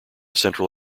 central